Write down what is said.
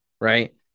right